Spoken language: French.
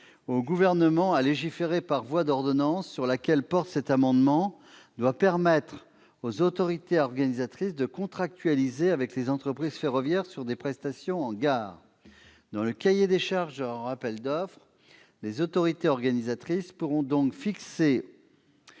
du Gouvernement à légiférer par voie d'ordonnance qui fait l'objet de l'article doit permettre aux autorités organisatrices de contractualiser avec les entreprises ferroviaires sur des prestations en gare. Dans le cahier des charges de leur appel d'offres, les autorités organisatrices pourront donc fixer